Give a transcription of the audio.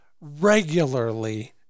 regularly